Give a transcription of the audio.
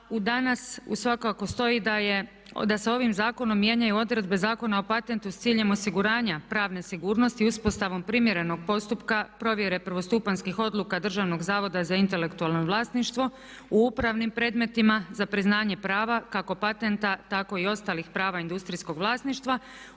a danas svakako stoji da se ovim zakona mijenjaju odredbe Zakona o patentu s ciljem osiguranja pravne sigurnosti i uspostavom primjerenog postupka provjere prvostupanjskih odluka Državnog zavoda za intelektualno vlasništvo u upravnim predmetima za priznanje prava kako patenta tako i ostalih prava industrijskog vlasništva